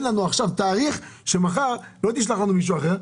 לנו עכשיו תאריך שמחר לא תשלח לנו מישהו אחר,